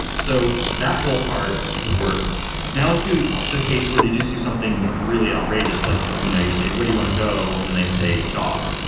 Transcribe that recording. so that whole part would work now let's do the case where they just do something really outrageous. like you know you say, where do you want to go? and they say, dog,